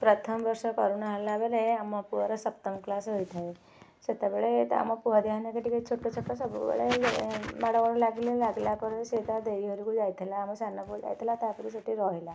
ପ୍ରଥମ ବର୍ଷ କରୋନା ହେଲା ବେଳେ ଆମ ପୁଅର ସପ୍ତମ କ୍ଲାସ୍ ହୋଇଥାଏ ସେତେବେଳେ ଆମ ପୁଅ ହରିକା ମାନେ ଟିକେ ଛୋଟ ଛୋଟ ସବୁବେଳେ ମାଡ଼ଗୋଳ ଲାଗିଲେ ଲାଗିଲା ପରେ ସେ ତା' ଦେଇ ଘରକୁ ଯାଇଥିଲା ଆମ ସାନ ପୁଅ ଯାଇଥିଲା ତା'ପରେ ସେଠି ରହିଲା